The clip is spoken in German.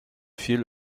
viel